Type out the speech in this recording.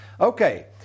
Okay